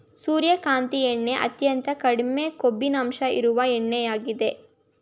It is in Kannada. ಸೂರ್ಯಕಾಂತಿ ಎಣ್ಣೆ ಅತ್ಯಂತ ಕಡಿಮೆ ಕೊಬ್ಬಿನಂಶ ಇರುವ ಎಣ್ಣೆಯಾಗಿದೆ